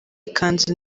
ikanzu